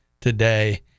today